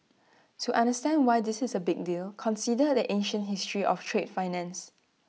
to understand why this is A big deal consider the ancient history of trade finance